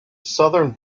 southern